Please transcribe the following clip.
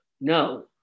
no